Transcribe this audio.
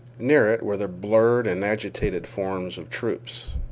near it were the blurred and agitated forms of troops.